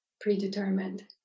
predetermined